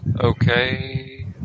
Okay